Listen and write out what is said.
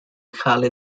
hardly